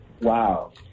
wow